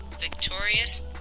victorious